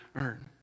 earn